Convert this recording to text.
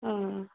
آ